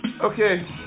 Okay